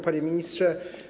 Panie Ministrze!